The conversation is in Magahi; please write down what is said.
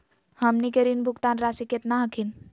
हमनी के ऋण भुगतान रासी केतना हखिन?